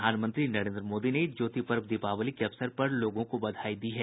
प्रधानमंत्री नरेन्द्र मोदी ने ज्योति पर्व दीपावली के अवसर पर लोगों को बधाई दी है